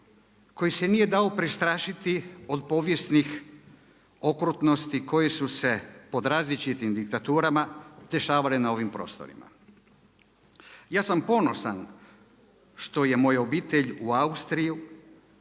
koji se nije dao prestrašiti od povijesnih okrutnosti koje su se pod različitim diktaturama dešavale na ovim prostorima. Ja sam ponosan što je moja obitelj u Austriji,